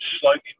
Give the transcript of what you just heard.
slightly